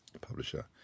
publisher